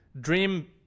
dream